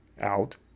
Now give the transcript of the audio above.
out